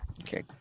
Okay